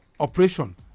operation